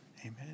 Amen